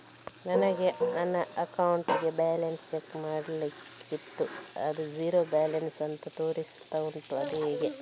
ನನಗೆ ನನ್ನ account balance check ಮಾಡ್ಲಿಕ್ಕಿತ್ತು ಅದು ಝೀರೋ ಬ್ಯಾಲೆನ್ಸ್ ಅಂತ ತೋರಿಸ್ತಾ ಉಂಟು ಅದು ಹೇಗೆ?